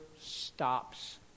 stops